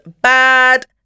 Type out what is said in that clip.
bad